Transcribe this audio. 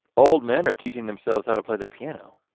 old men are teaching themselves how to play the piano.